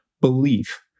belief